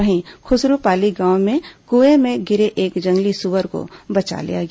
वहीं खुसरूपाली गांव के कुएं में गिरे एक जंगली सुअर को बचा लिया गया